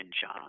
John